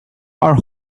are